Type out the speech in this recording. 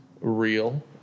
real